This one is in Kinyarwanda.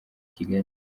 ikigali